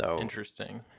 Interesting